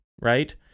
right